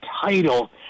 title